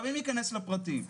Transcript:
אם ניכנס לפרטים.